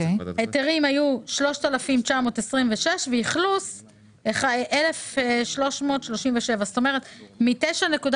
ההיתרים היו 3,926 והאכלוס היה 1,337. מ-9%